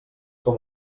com